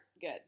good